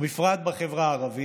ובפרט בחברה הערבית,